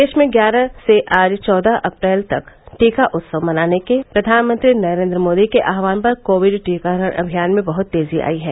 देश में ग्यारह से आज चौदह अप्रैल तक टीका उत्सव मनाने के प्रधानमंत्री नरेन्द्र मोदी के आह्वान पर कोविड टीकाकरण अभियान में बहत तेजी आई है